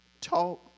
talk